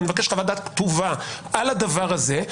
ואני מבקש חוות דעת כתוב על הדבר הזה.